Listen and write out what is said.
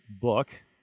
book